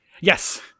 Yes